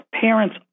parents